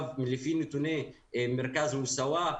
לפי נתוני מרכז מוסאוא,